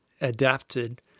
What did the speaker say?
adapted